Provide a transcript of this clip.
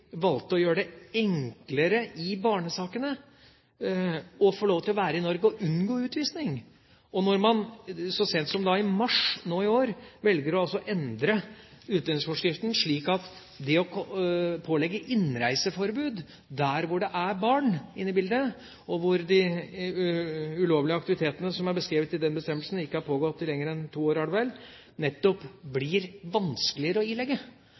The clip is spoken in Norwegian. enklere å få lov til å være i Norge og unngå utvisning. Og når man så sent som i mars nå i år velger å endre utlendingsforskriften slik at det å pålegge innreiseforbud der hvor det er barn inne i bildet, og hvor de ulovlige aktivitetene som er beskrevet i den bestemmelsen, ikke har pågått i lenger enn to år – er det vel – nettopp blir vanskeligere, så har jeg vondt for å